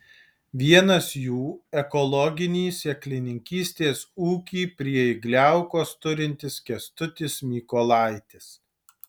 vienas jų ekologinį sėklininkystės ūkį prie igliaukos turintis kęstutis mykolaitis